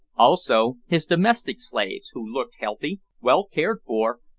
also his domestic slaves, who looked healthy, well cared for,